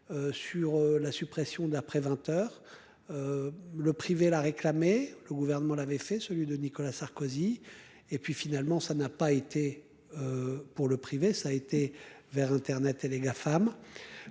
Sur la suppression d'après 20h. Le privé la réclamer. Le gouvernement l'avait fait, celui de Nicolas Sarkozy. Et puis finalement ça n'a pas été. Pour le privé ça été vers Internet et les Gafam